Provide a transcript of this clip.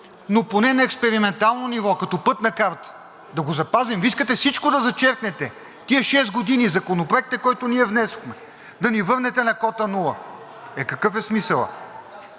но поне на експериментално ниво, като пътна карта да го запазим. Вие искате всичко да зачеркнете, тези шест години, Законопроекта, който ние внесохме, да ни върнете на кота нула! Е, какъв е смисълът?